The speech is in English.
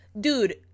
dude